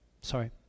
Sorry